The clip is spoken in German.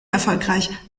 erfolgreich